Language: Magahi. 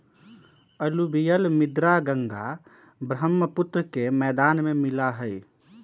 अलूवियल मृदा गंगा बर्ह्म्पुत्र के मैदान में मिला हई